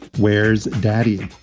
where's daddy?